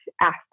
asked